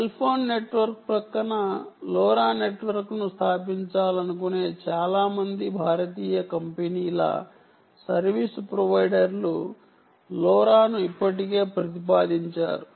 cell phone network పక్కన LoRa నెట్వర్క్ను స్థాపించాలనుకునే చాలా మంది భారతీయ కంపెనీల సర్వీసు ప్రొవైడర్లు లోరాను ఇప్పటికే ప్రతిపాదించారు